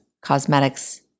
cosmetics